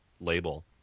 label